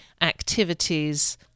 activities